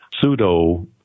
pseudo